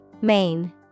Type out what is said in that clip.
Main